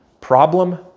problem